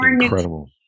incredible